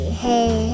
hey